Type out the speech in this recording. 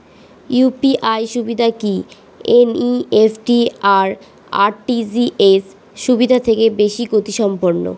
UPI সুবিধা কি NEFT আর আর.টি.জি.এস সুবিধা থেকে বেশি গতিসম্পন্ন?